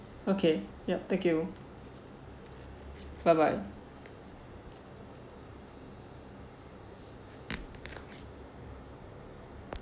okay yup thank you bye bye